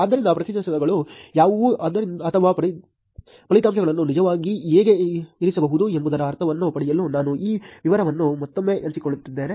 ಆದ್ದರಿಂದ ಫಲಿತಾಂಶಗಳು ಯಾವುವು ಅಥವಾ ಫಲಿತಾಂಶಗಳನ್ನು ನಿಜವಾಗಿ ಹೇಗೆ ಇರಿಸಬೇಕು ಎಂಬುದರ ಅರ್ಥವನ್ನು ಪಡೆಯಲು ನಾನು ಈ ವಿವರವನ್ನು ಮತ್ತೊಮ್ಮೆ ಹಂಚಿಕೊಳ್ಳುತ್ತಿದ್ದೇನೆ